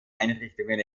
einrichtungen